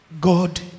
God